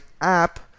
app